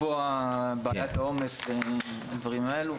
אפרופו בעיית העומס והדברים האלו.